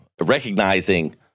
recognizing